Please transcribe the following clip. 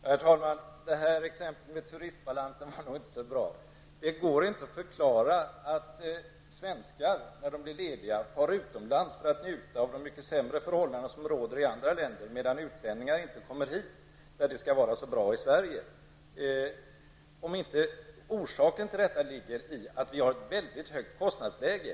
Herr talman! Exemplet med turistbalansen var nog inte så bra. Det går inte att förklara varför svenskar när de blir lediga far utomlands, för att njuta av de mycket sämre förhållanden som råder i andra länder, medan utlänningar inte kommer hit, när det skall vara så bra i Sverige -- om inte orsaken ligger i att vi har ett mycket högt kostnadsläge.